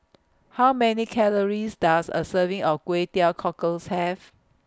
How Many Calories Does A Serving of Kway Teow Cockles Have